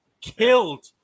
killed